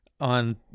on